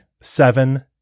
seven